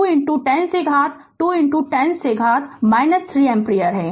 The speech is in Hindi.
तो यह 210 से घात 210 से घात 3 एम्पीयर है